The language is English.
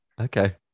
Okay